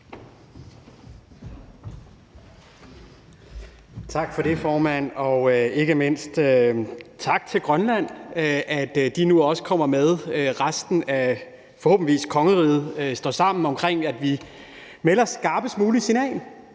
Tak for det, formand, og ikke mindst tak til Grønland for, at de nu også kommer med sammen med resten af kongeriget, forhåbentligvis, og at vi står sammen omkring, at vi sender det skarpest mulige signal,